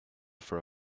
for